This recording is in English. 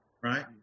Right